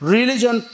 Religion